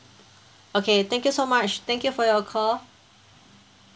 okay thank you so much thank you for your call